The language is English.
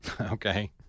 Okay